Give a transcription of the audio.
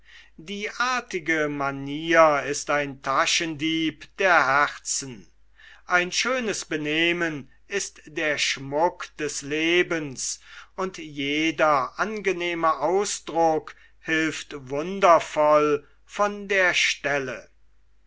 die artige manier ist ein taschendieb der herzen ein schönes benehmen ist der schmuck des lebens und jeder angenehme ausdruck hilft wundervoll von der stelle